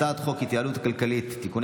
הצעת חוק ההתייעלות הכלכלית (תיקוני